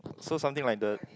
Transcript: so something like the